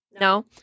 No